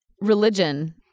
Religion